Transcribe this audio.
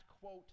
quote